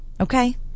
Okay